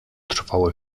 trwały